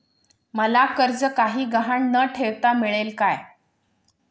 मला कर्ज काही गहाण न ठेवता मिळेल काय?